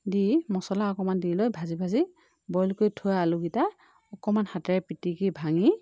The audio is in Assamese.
দি মছলা অকণমান দি লৈ ভাজি ভাজি বইল কৰি থোৱা আলুকেইটা অকণমান হাতেৰে পিটিকি ভাঙি